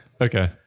Okay